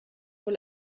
wohl